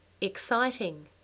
Exciting